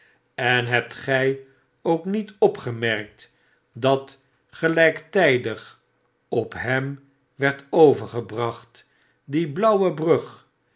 en hebt gy ook niet opgemerkt dat gelijktydig op hem werd overgebracht die blauwe brug